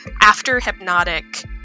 after-hypnotic